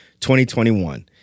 2021